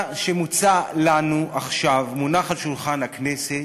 מה שמוצע לנו עכשיו, מונח על שולחן הכנסת,